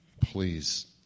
please